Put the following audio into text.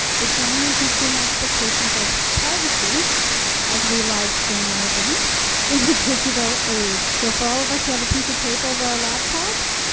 examining consumer expectations of privacy as we live stream our event in the digital age. so for all of us who have a piece of tape over our laptops,